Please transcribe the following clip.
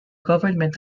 government